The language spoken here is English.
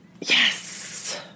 Yes